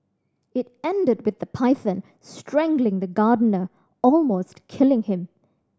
it ended with the python strangling the gardener almost killing him